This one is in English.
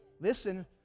Listen